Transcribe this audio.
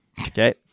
Okay